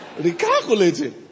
Recalculating